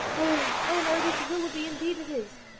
oh, elinor, it is willoughby, indeed it is!